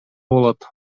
болот